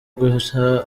guha